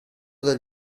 dal